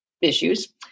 issues